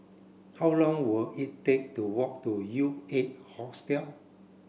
how long were it take to walk to U eight Hostel